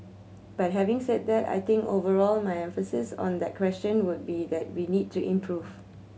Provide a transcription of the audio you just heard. but having said that I think overall my emphasis on that question would be that we need to improve